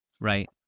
Right